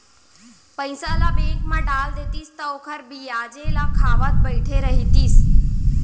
पइसा ल बेंक म डाल देतिस त ओखर बियाजे ल खावत बइठे रहितिस